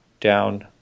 down